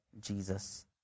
Jesus